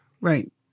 Right